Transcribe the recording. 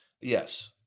Yes